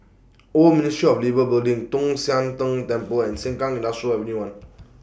Old Ministry of Labour Building Tong Sian Tng Temple and Sengkang Industrial Avenue one